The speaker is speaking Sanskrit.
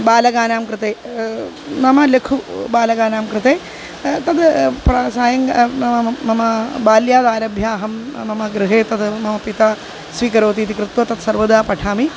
बालकानां कृते मम लघु बालकानां कृते तद् प्रा सायङ्ग मम म मम बाल्यादारभ्य अहं मम गृहे तद् मम पिता स्वीकरोति इति कृत्वा तत् सर्वदा पठामि